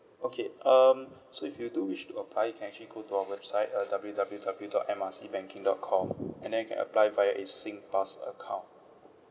okay um so if you do wish to apply you can actually go to our website uh W_W_W dot M R C banking dot com and then you can apply via a singpass account